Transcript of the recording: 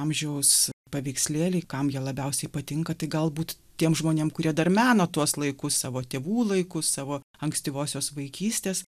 amžiaus paveikslėliai kam jie labiausiai patinka tai galbūt tiem žmonėm kurie dar mena tuos laikus savo tėvų laikus savo ankstyvosios vaikystės